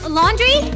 laundry